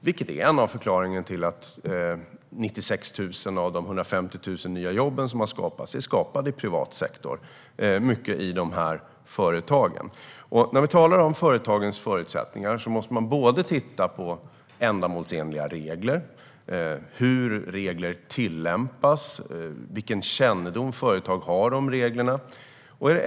Det är en av förklaringarna till att 96 000 av de 150 000 nya jobben som har skapats är skapade i privat sektor i många av dessa företag. När vi talar om företagens förutsättningar måste vi titta på ändamålsenliga regler, hur regler tillämpas och vilken kännedom företag har om reglerna.